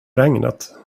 regnet